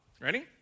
Ready